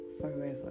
forever